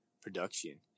production